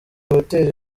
hoteli